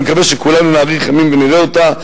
ואני מקווה שכולנו נאריך ימים ונראה אותה,